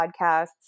podcasts